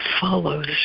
follows